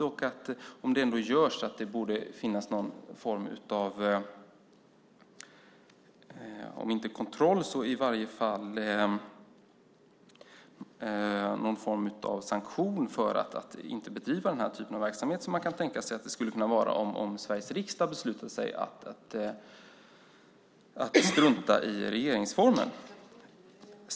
Om det ändå görs borde det finnas någon form av om inte kontroll så i varje fall sanktion för att de inte ska bedriva den typen av verksamhet som man kan tänka sig att det skulle kunna vara om Sveriges riksdag beslutade sig för att strunta i regeringsformen.